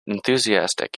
enthusiastic